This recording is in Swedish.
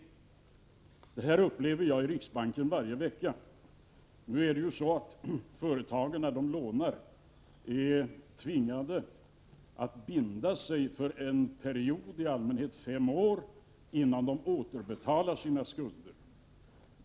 Jag upplever denna företeelse i riksbanken varje vecka. Företagen är ju när de lånar tvingade att binda sig för en period, i allmänhet fem år, innan de skall återbetala sina skulder.